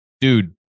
dude